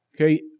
Okay